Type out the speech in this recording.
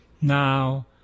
now